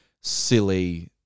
silly